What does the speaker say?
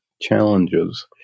challenges